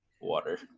water